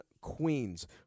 Queens